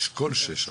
אשכול שש אמרתי.